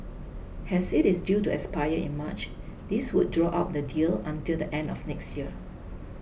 as it is due to expire in March this would draw out the deal until the end of next year